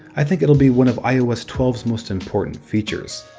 i think it'll be one of ios twelve s most important features.